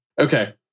Okay